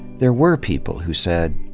there were people who said,